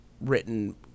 written